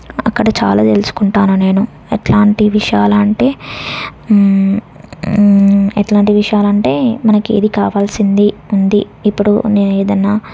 అక్కడ చాలా తెలుసుకుంటాను నేను ఎట్లాంటి విషయాలు అంటే ఎట్లాంటి విషయాలు అంటే మనకు ఏది కావాల్సింది ఉంది ఇప్పుడు నేను ఏదైనా